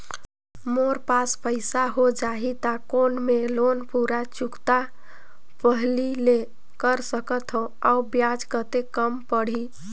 मोर पास पईसा हो जाही त कौन मैं लोन पूरा चुकता पहली ले कर सकथव अउ ब्याज कतेक कम पड़ही?